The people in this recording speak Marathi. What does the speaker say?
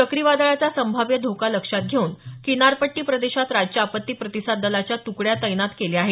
चक्रीवादळाचा संभाव्य धोका लक्षात घेऊन किनारपट्टी प्रदेशात राज्य आपत्ती प्रतिसाद दलाच्या तुकड्या तैनात केल्या आहेत